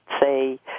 say